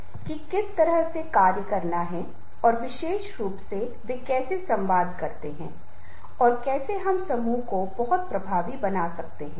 मेरे अनुसार सबसे महत्वपूर्ण वह हो सकता है जो कई अन्य गुणों और लक्षणों के अलावा उसके पास बहुत अच्छी संचार क्षमता होनी चाहिए क्योंकि यह बहुत महत्वपूर्ण है